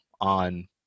on